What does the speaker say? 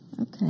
Okay